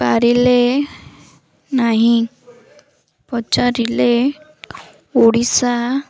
ପାରିଲେ ନାହିଁ ପଚାରିଲେ ଓଡ଼ିଶା